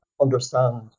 understand